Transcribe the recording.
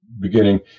beginning